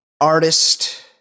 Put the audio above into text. Artist